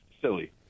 Silly